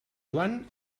joan